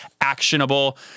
actionable